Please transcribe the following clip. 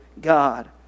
God